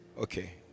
okay